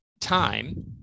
time